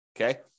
okay